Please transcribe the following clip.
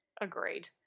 Agreed